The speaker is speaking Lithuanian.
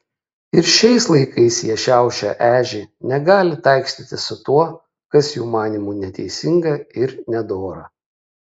ir šiais laikais jie šiaušia ežį negali taikstytis su tuo kas jų manymu neteisinga ir nedora